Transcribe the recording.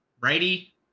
righty